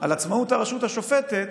על עצמאות הרשות השופטת,